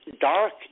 dark